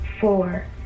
four